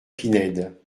pinède